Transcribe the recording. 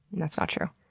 and that's not true.